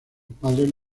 padres